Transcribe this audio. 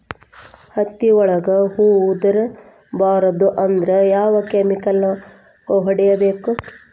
ಹತ್ತಿ ಒಳಗ ಹೂವು ಉದುರ್ ಬಾರದು ಅಂದ್ರ ಯಾವ ಕೆಮಿಕಲ್ ಹೊಡಿಬೇಕು?